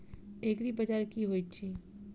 एग्रीबाजार की होइत अछि?